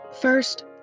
First